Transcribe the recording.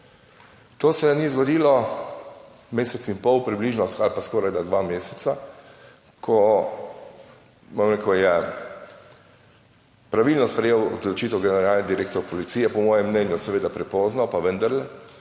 To se ni zgodilo mesec in pol približno ali pa skorajda dva meseca, ko, bom rekel, je pravilno sprejel odločitev generalni direktor policije, po mojem mnenju seveda prepozno, pa vendarle,